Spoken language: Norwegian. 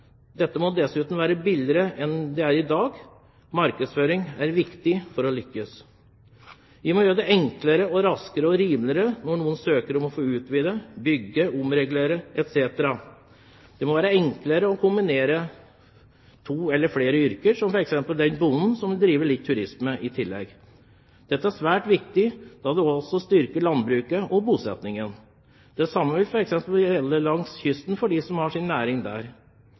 Dette må dessuten bli billigere enn det er i dag. Markedsføring er viktig for å lykkes. Vi må gjøre det enklere, raskere og rimeligere når noen søker om å få utvide, bygge, omregulere etc. Det må være enklere å kombinere to eller flere yrker, som f.eks. den bonden som vil drive litt turisme i tillegg. Dette er svært viktig, da det også styrker landbruket og bosettingen. Det samme vil f.eks. gjelde for dem som har sin næring